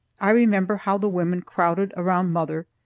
i remember how the women crowded around mother,